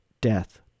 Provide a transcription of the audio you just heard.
death